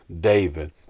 David